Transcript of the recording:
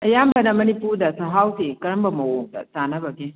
ꯑꯌꯥꯝꯕꯅ ꯃꯅꯤꯄꯨꯔꯗ ꯆꯥꯛꯍꯥꯎꯁꯦ ꯀꯔꯝꯕ ꯃꯑꯣꯡꯗ ꯆꯥꯅꯕꯒꯦ